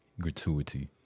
gratuity